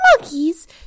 monkeys